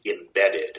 embedded